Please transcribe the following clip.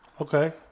Okay